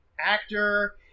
actor